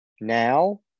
now